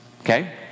okay